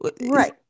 Right